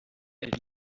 elle